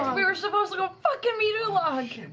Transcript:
um we were supposed to go fucking meet ulog!